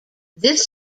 this